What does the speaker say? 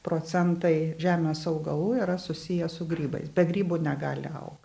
procentai žemės augalų yra susiję su grybais be grybų negali aug